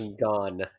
gone